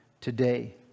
today